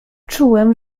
czułem